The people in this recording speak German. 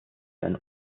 ein